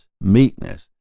meekness